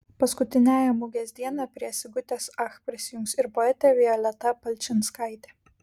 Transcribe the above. paskutiniąją mugės dieną prie sigutės ach prisijungs ir poetė violeta palčinskaitė